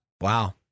wow